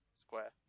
square